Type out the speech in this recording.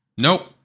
nope